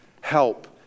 help